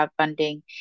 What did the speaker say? crowdfunding